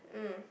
mm